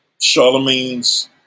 Charlemagne's